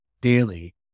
daily